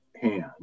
hand